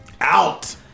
Out